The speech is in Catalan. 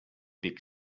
pic